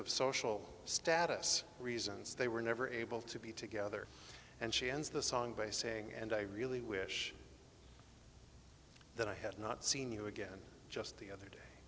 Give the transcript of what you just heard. of social status reasons they were never able to be together and she ends the song by saying and i really wish that i had not seen you again just the other